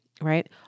right